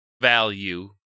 value